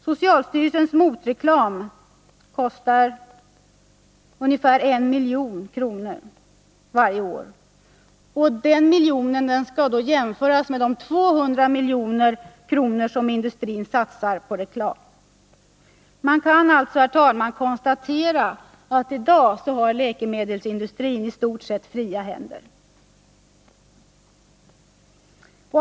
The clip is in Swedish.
Socialstyrelsens motreklam kostar ungefär 1 milj.kr. varje år. Denna enda miljon skall då jämföras med de ca 200 milj.kr. som industrin satsar på reklam. Man kan alltså, herr talman, i dag konstatera att läkemedelsindustrin i stort sett har fria händer.